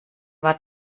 war